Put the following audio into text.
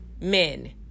men